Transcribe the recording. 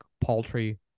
paltry